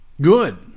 Good